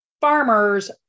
farmers